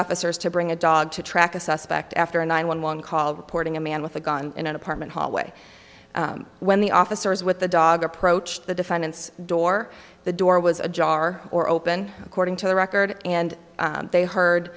officers to bring a dog to track a suspect after a nine one one call reporting a man with a gun in an apartment hallway when the officers with the dog approached the defendant's door the door was ajar or open according to the record and they heard